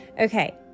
Okay